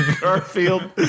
Garfield